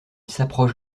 s’approche